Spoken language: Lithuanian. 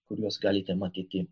kuriuos galite matyti